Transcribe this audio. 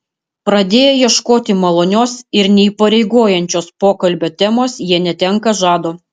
pradėję ieškoti malonios ir neįpareigojančios pokalbio temos jie netenka žado